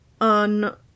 on